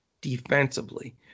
defensively